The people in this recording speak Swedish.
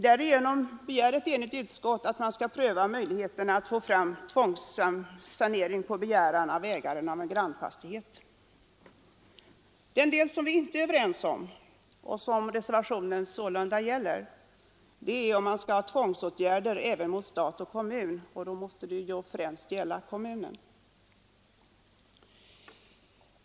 Därigenom begär ett enigt utskott att man skall pröva möjligheterna att få till stånd tvångssanering på begäran av ägaren av en grannfastighet. Den del av motionen som vi inte är överens om och som reservationen sålunda gäller rör frågan, om tvångsåtgärder skall kunna vidtas även mot stat och kommun — det måste då främst gälla kommun.